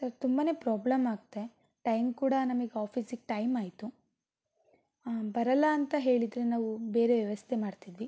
sir ತುಂಬ problem ಆಗ್ತೆ time ಕೂಡ ನಮಗೆ ಆಫಿಸಿಗೆ ಟೈಮ್ ಆಯಿತು ಬರಲ್ಲ ಅಂತ ಹೇಳಿದ್ದರೆ ನಾವು ಬೇರೆ ವ್ಯವಸ್ಥೆ ಮಾಡ್ತಿದ್ವಿ